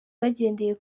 bagendeye